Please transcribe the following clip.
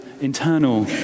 internal